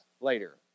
later